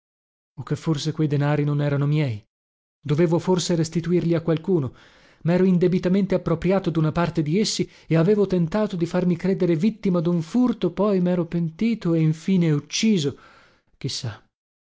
che forse quei denari non erano miei dovevo forse restituirli a qualcuno mero indebitamente appropriato duna parte di essi e avevo tentato di farmi credere vittima dun furto poi mero pentito e in fine ucciso